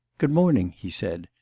good-morning, he said,